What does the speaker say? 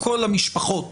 למשפחות